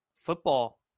football